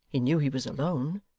he knew he was alone.